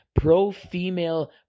pro-female